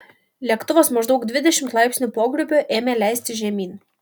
lėktuvas maždaug dvidešimt laipsnių pokrypiu ėmė leistis žemyn